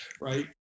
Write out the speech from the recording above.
right